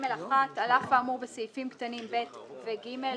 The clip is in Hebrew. "(ג1)על אף האמור בסעיפים קטנים (ב) ו-(ג)"